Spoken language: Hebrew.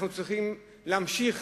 אנחנו צריכים להמשיך